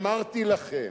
אמרתי לכם